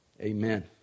Amen